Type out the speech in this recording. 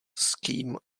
scheme